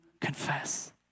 confess